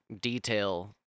detail